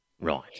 right